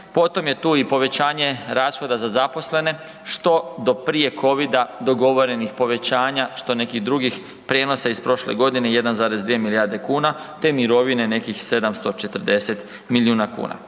potom je tu i povećanje rashoda za zaposlene što do prije covida dogovorenih povećanja što nekih drugih prijenosa iz prošle godine 1,2 milijarde kuna te mirovine nekih 740 milijuna kuna.